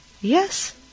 Yes